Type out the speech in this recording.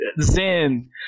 Zen